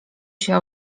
się